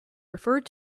referred